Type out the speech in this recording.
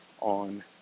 on